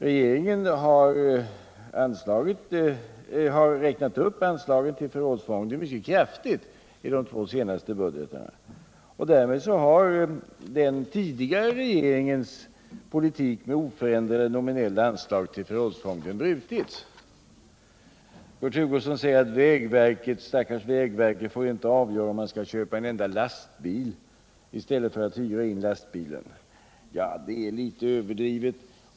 Regeringen har räknat upp anslagen till 10 mars 1978 förrådsfonden mycket kraftigt i de två senaste budgetarna, och därmed har den tidigare regeringens politik med oförändrade nominella anslag till förrådsfonden brutits. Kurt Hugosson säger: Det st ars vägverket får inte självt avgöra om det SR 3 S : kommunikationsskall köpa en enda lastbil i stället för att hyra in lastbilar. Det är litet departementets överdrivet.